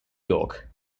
york